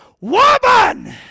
woman